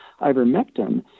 ivermectin